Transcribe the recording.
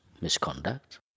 misconduct